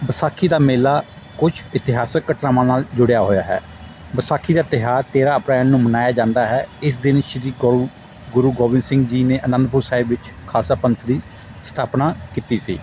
ਵਿਸਾਖੀ ਦਾ ਮੇਲਾ ਕੁਝ ਇਤਿਹਾਸਕ ਘਟਨਾਵਾਂ ਨਾਲ਼ ਜੁੜਿਆ ਹੋਇਆ ਹੈ ਵਿਸਾਖੀ ਦਾ ਤਿਉਹਾਰ ਤੇਰਾਂ ਅਪ੍ਰੈਲ ਨੂੰ ਮਨਾਇਆ ਜਾਂਦਾ ਹੈ ਇਸ ਦਿਨ ਸ਼੍ਰੀ ਗਊ ਗੁਰੂ ਗੋਬਿੰਦ ਸਿੰਘ ਜੀ ਨੇ ਆਨੰਦਪੁਰ ਸਾਹਿਬ ਵਿੱਚ ਖਾਲਸਾ ਪੰਥ ਦੀ ਸਥਾਪਨਾ ਕੀਤੀ ਸੀ